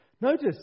Notice